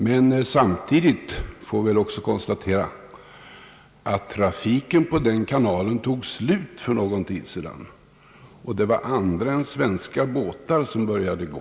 Men samtidigt får vi väl också konstatera, att trafiken på den kanalen tog slut för någon tid sedan och att det var andra än svenska båtar som började gå.